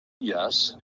Yes